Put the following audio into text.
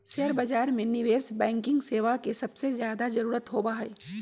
share बाजार में निवेश बैंकिंग सेवा के सबसे ज्यादा जरूरत होबा हई